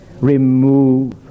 remove